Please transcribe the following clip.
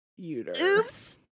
Oops